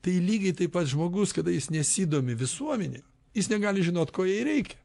tai lygiai taip pat žmogus kada jis nesidomi visuomenėj jis negali žinot ko jai reikia